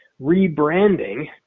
rebranding